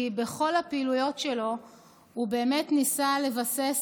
כי בכל הפעילויות שלו הוא באמת ניסה לבסס